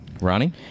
Ronnie